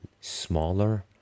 smaller